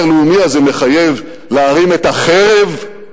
והבית הלאומי הזה מחייב להרים את החרב,